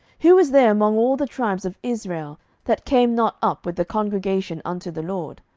who is there among all the tribes of israel that came not up with the congregation unto the lord?